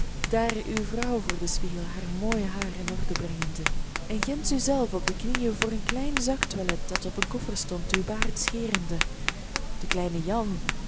daar uwe vrouw voor den spiegel haar mooi haar in orde brengende en ginds uzelv op de knieën voor een klein zaktoilet dat op een koffer stond uw baard scherende den kleinen jan